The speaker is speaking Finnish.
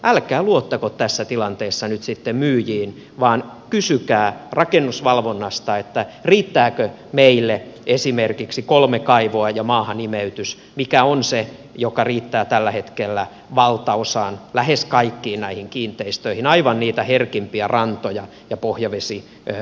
älkää luottako tässä tilanteessa nyt sitten myyjiin vaan kysykää rakennusvalvonnasta riittääkö esimerkiksi kolme kaivoa ja maahan imeytys mikä on se mikä riittää tällä hetkellä valtaosaan lähes kaikkiin näihin kiinteistöihin aivan niitä herkimpiä rantoja ja pohjavesipaikkoja lukuun ottamatta